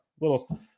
little